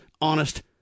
honest